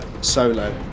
Solo